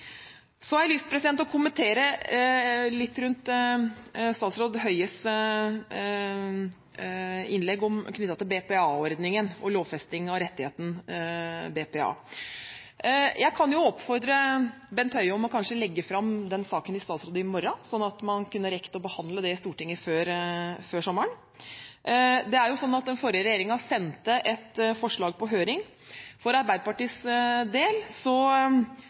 Så har jeg lyst til å kommentere litt rundt statsråd Høies innlegg knyttet til BPA-ordningen og lovfesting av rettigheten BPA. Jeg kan jo oppfordre Bent Høie til å legge fram den saken i statsråd i morgen, sånn at man kunne rekke å behandle det i Stortinget før sommeren. Den forrige regjeringen sendte et forslag på høring. For Arbeiderpartiets del